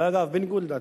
ואגב בניגוד לדעתי,